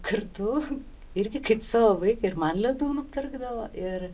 kartu irgi kaip savo vaiką ir man ledų nupirkdavo ir